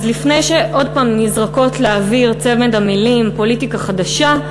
אז לפני שעוד פעם נזרקות לאוויר צמד המילים "פוליטיקה חדשה",